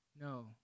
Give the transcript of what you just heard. No